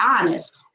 honest